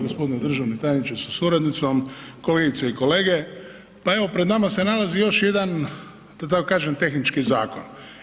Gospodine državni tajniče sa suradnicom, kolegice i kolege pa evo pred nama se nalazi još jedan da tako kažem tehnički zakon.